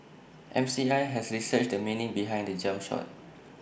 M C I has researched the meaning behind the jump shot